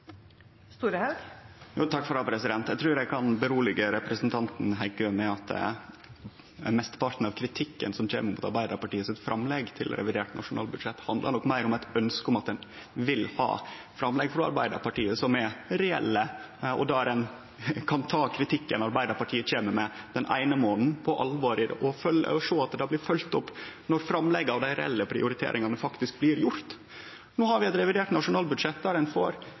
Eg trur eg kan roe representanten Heggø med at mesteparten av kritikken av Arbeidarpartiet sitt framlegg til revidert nasjonalbudsjett nok handlar meir om eit ønske om at ein vil ha framlegg frå Arbeidarpartiet som er reelle, og der ein kan ta kritikken Arbeidarpartiet kjem med den eine månaden, på alvor og sjå at det blir følgt opp med framlegg når dei reelle prioriteringane faktisk blir gjorde. No har vi eit revidert nasjonalbudsjett der ein får